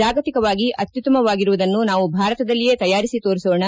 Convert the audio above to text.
ಜಾಗತಿಕವಾಗಿ ಅತ್ಯುತ್ತಮವಾಗಿರುವುದರನ್ನು ನಾವು ಭಾರತದಲ್ಲಿಯೇ ತಯಾರಿಸಿ ತೋರಿಸೋಣ